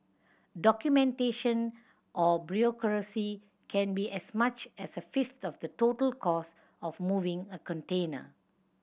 documentation or bureaucracy can be as much as a fifth of the total cost of moving a container